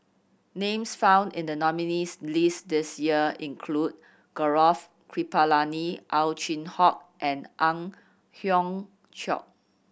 names found in the nominees' list this year include Gaurav Kripalani Ow Chin Hock and Ang Hiong Chiok